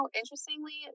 interestingly